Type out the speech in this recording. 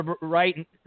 right